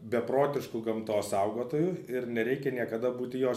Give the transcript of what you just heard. beprotišku gamtos saugotoju ir nereikia niekada būti jos